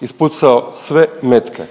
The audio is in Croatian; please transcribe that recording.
ispucao sve metke.